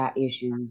issues